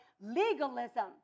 legalism